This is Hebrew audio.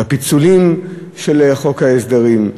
בפיצולים של חוק ההסדרים.